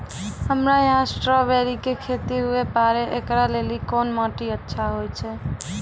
हमरा यहाँ स्ट्राबेरी के खेती हुए पारे, इकरा लेली कोन माटी अच्छा होय छै?